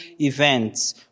events